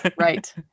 Right